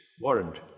warrant